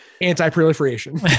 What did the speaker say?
anti-proliferation